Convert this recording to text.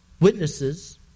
witnesses